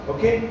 Okay